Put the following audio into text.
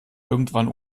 irgendwann